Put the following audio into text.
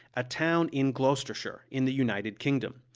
a town in gloucestershire, in the united kingdom.